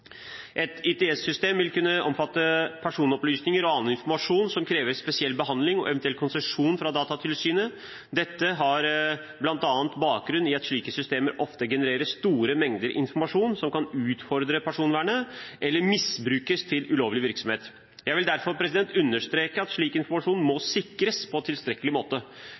Et ITS-system vil kunne omfatte personopplysninger og annen informasjon som krever spesiell behandling og eventuell konsesjon fra Datatilsynet. Dette har bl.a. bakgrunn i at slike systemer ofte genererer store mengder informasjon som kan utfordre personvernet, eller misbrukes til ulovlig virksomhet. Jeg vil derfor understreke at slik informasjon må sikres på tilstrekkelig måte.